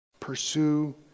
Pursue